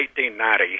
1890